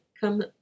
come